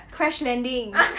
crash landing